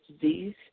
disease